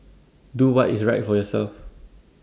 do what is right for yourself